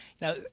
Now